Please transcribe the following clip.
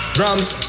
Drums